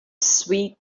sweet